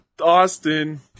Austin